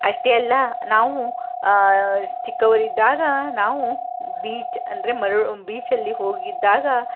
ಅಷ್ಟೇ ಅಲ್ಲ ನಾವು ಚಿಕ್ಕವರಿದ್ದಾಗ ನಾವು ಬೀಚ್ ಅಂದರೆ ಮರಳು ಬೀಚಲ್ಲಿ ಹೋಗಿದ್ದಾಗ